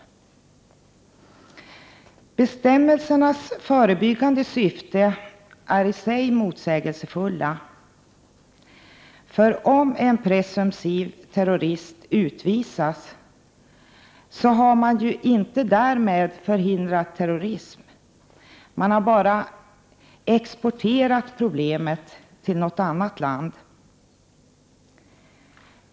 Att bestämmelserna skulle ha ett förebyggande syfte är i sig motsägelsefullt, för om en presumtiv terrorist utvisas har man inte därmed förhindrat terrorism — man har bara ”exporterat” problemet till något annat land.